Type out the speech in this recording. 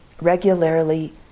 regularly